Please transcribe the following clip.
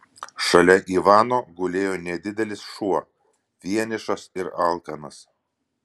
šalia ivano gulėjo nedidelis šuo vienišas ir alkanas